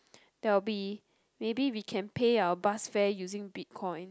there will be maybe we can pay our bus fare using bitcoin